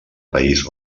país